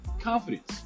confidence